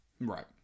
Right